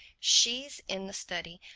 she's in the study.